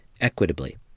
equitably